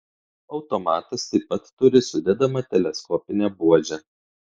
automatas taip pat turi sudedamą teleskopinę buožę